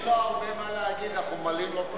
אין לו הרבה מה להגיד, אנחנו ממלאים לו את הזמן.